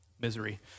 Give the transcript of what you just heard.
misery